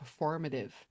performative